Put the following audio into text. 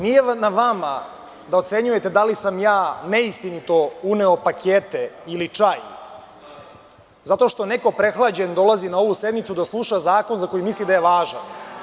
Nije na vama da ocenjujete da li sam ja neistinito uneo pakete ili čaj, zato što neko prehlađen dolazi na ovu sednicu da sluša zakon za koji misli da je važan.